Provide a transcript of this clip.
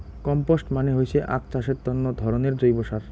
compost মানে হইসে আক চাষের তন্ন ধরণের জৈব সার